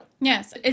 Yes